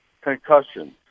concussions